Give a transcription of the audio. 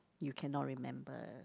you cannot remember